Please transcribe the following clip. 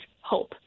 hope